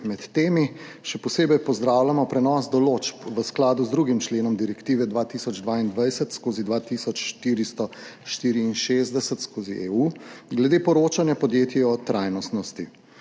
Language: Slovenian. Med temi še posebej pozdravljamo prenos določb v skladu z 2. členom Direktive (EU) 2022/2464 glede poročanja podjetij o trajnostnosti.